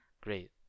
great